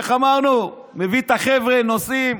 איך אמרנו, מביא את החבר'ה, נוסעים.